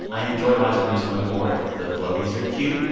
i enjoy watching them swim more if the floaties are cute.